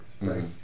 Right